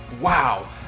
Wow